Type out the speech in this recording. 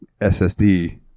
ssd